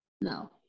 no